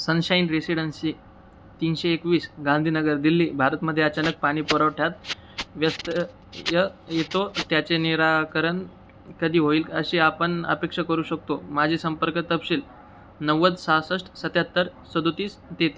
sunshine Residency तीनशे एकवीस गांधीनगर दिल्ली भारतमध्ये अचानक पाणी पुरवठ्यात व्यत्यय येतो त्याचे निराकरण कधी होईल अशी आपण अपेक्षा करू शकतो माझे संपर्क तपशील नव्वद सहासष्ट सत्याहत्तर सदतीस तेहतीस